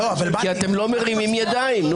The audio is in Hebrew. כי אתם לא מרימים ידיים.